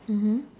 mmhmm